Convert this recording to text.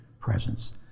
presence